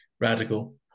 radical